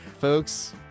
Folks